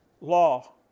law